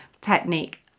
technique